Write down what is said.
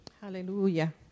Hallelujah